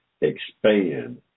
expand